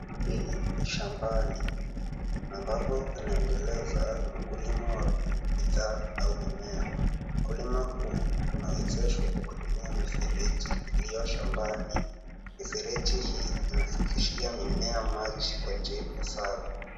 Hii ni shambani ambapo panaendeleza ukulima wa bidhaa au mimea. Ukulima huu unawezeshwa kwa kutumia mifereji iliyo shambani. Mifereji hii inafikishia mimea maji kwa njia sawa.